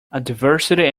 adversity